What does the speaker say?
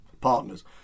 partners